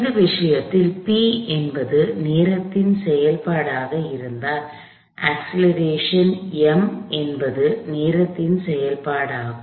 இந்த விஷயத்தில் P என்பது நேரத்தின் செயல்பாடாக இருந்தால் அக்ஸ்லெரேஷன் ம் என்பது நேரத்தின் செயல்பாடாகும்